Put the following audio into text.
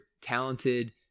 talented